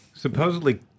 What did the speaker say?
Supposedly